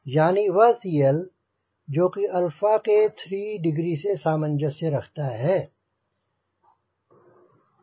यानी वह CL जो कि 𝛼 के 3 डिग्री से सामंजस्य रखता है